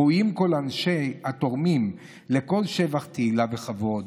ראויים כל אותם התורמים לכל שבח, תהילה וכבוד.